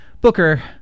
Booker